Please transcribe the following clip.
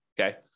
okay